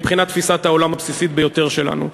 מבחינת תפיסת העולם הבסיסית ביותר שלנו,